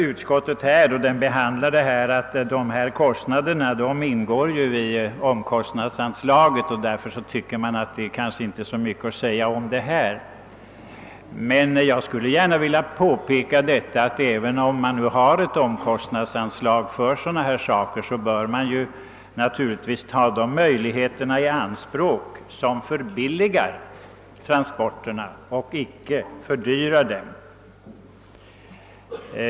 Utskottet säger vid behandlingen av ärendet att dessa kostnader ingår i omkostnadsanslaget och att de därför inte är värda att gå närmare in på. Jag skulle emellertid gärna vilja påpeka, att även om det finns ett omkostnadsanslag för sådana saker, så bör man naturligtvis ta i anspråk de möjligheter som finns att förbilliga transporterna.